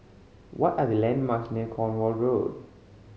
what are the landmarks near Cornwall Road